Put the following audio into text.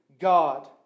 God